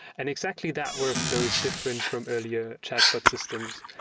and exactly, that workflow is different from earlier chat bot systems,